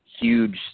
huge